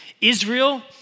Israel